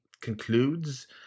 concludes